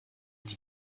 die